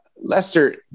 Lester